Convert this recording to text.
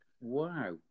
Wow